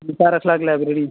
Nisar Akhlaq library